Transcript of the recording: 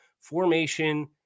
formation